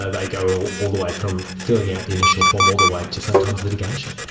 ah they go all the way from filling out the initial form, all the way to sometimes litigation.